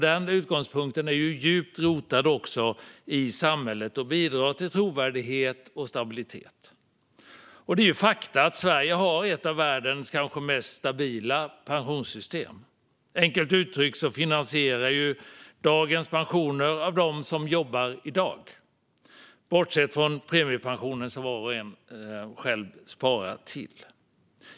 Denna utgångspunkt är djupt rotad i samhället och bidrar till trovärdighet och stabilitet. Och det är fakta att Sverige har ett av världens kanske mest stabila pensionssystem. Enkelt uttryckt finansieras dagens pensioner av dem som jobbar i dag, bortsett från premiepensionen som var och en sparar till själv.